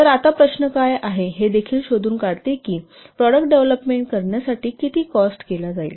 तर आता प्रश्न काय आहे हे देखील शोधून काढते की प्रॉडक्ट डेव्हलोपमेंट करण्यासाठी कॉस्ट किती असेल